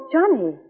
Johnny